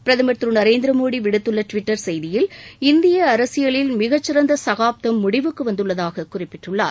பிரதமர் திரு நரேந்திர மோடி விடுத்துள்ள டுவிட்டர் செய்தியில் இந்திய அரசியலில் மிகச்சிறந்த சகாப்தம் முடிவுக்கு வந்துள்ளதாகக் குறிப்பிட்டுள்ளார்